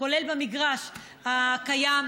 כולל במגרש הקיים,